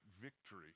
victory